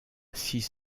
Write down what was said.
six